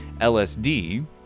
LSD